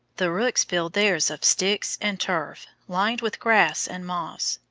the rooks build theirs of sticks and turf lined with grass and moss.